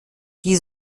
die